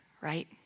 right